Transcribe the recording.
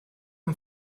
amb